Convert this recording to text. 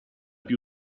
più